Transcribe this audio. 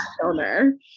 Donor